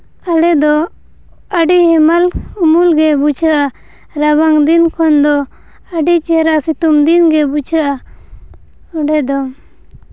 ᱟᱞᱮ ᱫᱚ ᱟᱹᱰᱤ ᱦᱮᱢᱟᱞ ᱩᱢᱩᱞ ᱜᱮ ᱵᱩᱡᱷᱟᱹᱜᱼᱟ ᱨᱟᱵᱟᱝ ᱫᱤᱱ ᱠᱷᱚᱱ ᱫᱚ ᱟᱹᱰᱤ ᱪᱮᱦᱨᱟ ᱥᱤᱛᱩᱝ ᱫᱤᱱᱜᱮ ᱵᱩᱡᱷᱟᱹᱜᱼᱟ ᱚᱸᱰᱮ ᱫᱚ